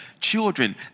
children